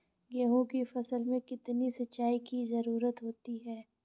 गेहूँ की फसल में कितनी सिंचाई की जरूरत होती है?